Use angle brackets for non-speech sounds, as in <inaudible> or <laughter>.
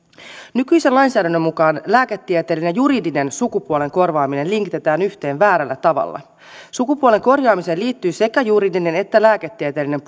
nykyisen lainsäädännön mukaan lääketieteellinen ja juridinen sukupuolen korjaaminen linkitetään yhteen väärällä tavalla sukupuolen korjaamiseen liittyy sekä juridinen että lääketieteellinen <unintelligible>